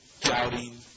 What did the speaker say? doubting